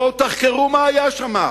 בואו תחקרו מה היה שם.